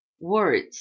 words